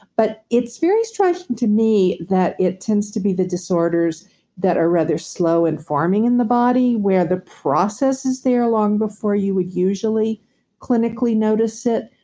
but it's very striking to me that it tends to be the disorders that are rather slow in forming in the body, where the process is there long before you would usually clinically notice it,